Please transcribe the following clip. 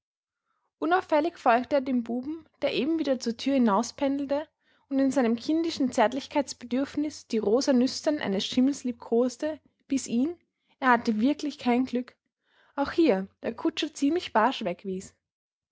unauffällig folgte er dem buben der eben wieder zur türe hinauspendelte und in seinem kindischen zärtlichkeitsbedürfnis die rosa nüstern eines schimmels liebkoste bis ihn er hatte wirklich kein glück auch hier der kutscher ziemlich barsch wegwies